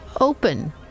open